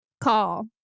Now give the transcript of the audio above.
call